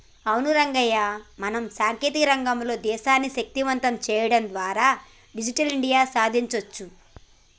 అవును రంగయ్య మనం సాంకేతిక రంగంలో దేశాన్ని శక్తివంతం సేయడం ద్వారా డిజిటల్ ఇండియా సాదించొచ్చు